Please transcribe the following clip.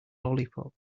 lollipop